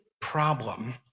problem